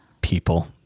people